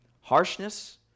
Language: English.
Harshness